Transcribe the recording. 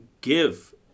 give